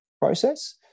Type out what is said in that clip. process